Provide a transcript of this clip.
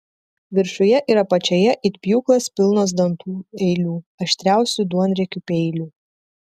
viršuje ir apačioje it pjūklas pilnos dantų eilių aštriausių duonriekių peilių